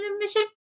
mission